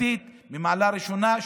חוקתית ממעלה ראשונה, תודה רבה.